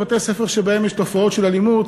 שבבתי-ספר שבהם יש תופעות של אלימות,